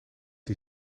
die